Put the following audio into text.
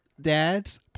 dad's